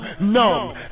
numb